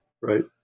Right